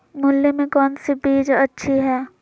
मूली में कौन सी बीज अच्छी है?